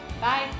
Bye